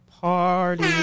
Party